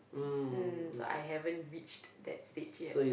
um so I haven't reached that stage yet